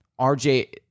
RJ